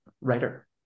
writer